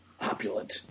Opulent